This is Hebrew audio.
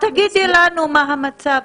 אז תגידי לנו את מה המצב.